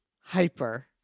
Hyper